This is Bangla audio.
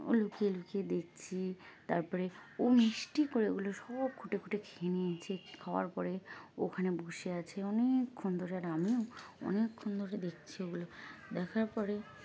ও লুকিয়ে লুকিয়ে দেখছি তারপরে ও মিষ্টি করে ওগুলো সব খুঁটে খুঁটে খেয়ে নিয়েছে খাওয়ার পরে ওখানে বসে আছে অনেকক্ষণ ধরে আর আমিও অনেকক্ষণ ধরে দেখছি ওগুলো দেখার পরে